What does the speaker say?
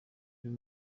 uyu